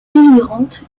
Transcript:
délirantes